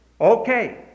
Okay